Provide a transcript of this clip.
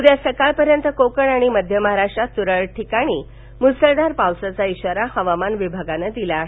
उद्या सकाळपर्यंत कोकण आणि मध्य महाराष्ट्रात तुरळक ठिकाणी मुसळधार पावसाचा इशारा हमामान विभागानं दिला आहे